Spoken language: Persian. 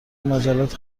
مجلات